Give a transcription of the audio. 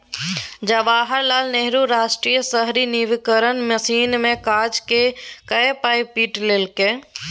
जवाहर लाल नेहरू राष्ट्रीय शहरी नवीकरण मिशन मे काज कए कए पाय पीट लेलकै